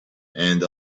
and